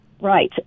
Right